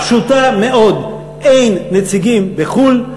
התשובה פשוטה מאוד: אין נציגים בחו"ל.